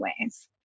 ways